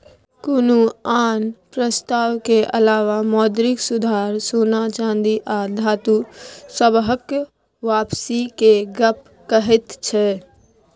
कुनु आन प्रस्ताव के अलावा मौद्रिक सुधार सोना चांदी आ धातु सबहक वापसी के गप कहैत छै